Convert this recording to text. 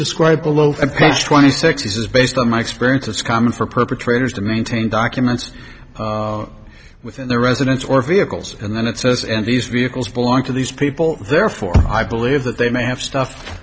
described below a page twenty six he says based on my experience it's common for perpetrators to maintain documents within their residence or vehicles and then it says and these vehicles belong to these people therefore i believe that they may have stuff